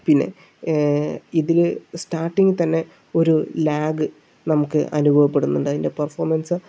പിന്നെ ഇതില് സ്റ്റാർട്ടിങ്ങ് തന്നെ ഒരു ലാഗ് നമുക്ക് അനുഭവപ്പെടുന്നുണ്ട് അതിന്റെ പെർഫോമൻസ്